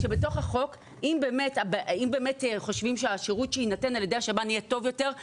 שבתוך החוק אם באמת חושבים שהשירות שיינתן על ידי השב"ן יהיה טוב יותר,